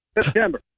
September